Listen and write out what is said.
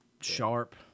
sharp